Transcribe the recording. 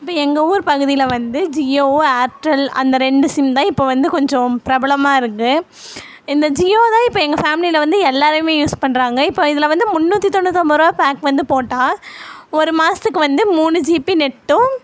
இப்போ எங்கள் ஊர் பகுதியில் வந்து ஜியோவும் ஏர்டெல் அந்த ரெண்டு சிம் தான் இப்போ வந்து கொஞ்சம் பிரபலமாக இருக்குது இந்த ஜியோ தான் இப்போ எங்கள் ஃபேமிலியில் வந்து எல்லோருமே யூஸ் பண்ணுறாங்க இப்போ இதில் வந்து முந்நூற்றி தொண்ணூத்தொம்போதுரூபா பேக் வந்து போட்டால் ஒரு மாதத்துக்கு வந்து மூணு ஜிபி நெட்டும்